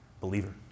believer